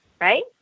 Right